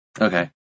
Okay